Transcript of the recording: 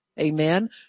Amen